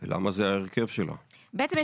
אבל אם הסטנו דברים לתקנות ייעודיות אנחנו מבקשים